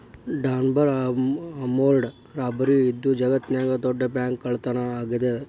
Dunbar armored robbery ಇದು ಜಗತ್ನ್ಯಾಗ ದೊಡ್ಡ ಬ್ಯಾಂಕ್ಕಳ್ಳತನಾ ಆಗೇದ